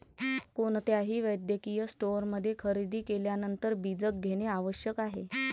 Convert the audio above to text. कोणत्याही वैद्यकीय स्टोअरमध्ये खरेदी केल्यानंतर बीजक घेणे आवश्यक आहे